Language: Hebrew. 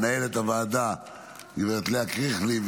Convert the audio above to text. למנהלת הוועדה גב' לאה קריכלי,